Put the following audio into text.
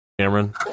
Cameron